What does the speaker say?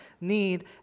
need